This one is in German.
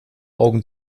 augen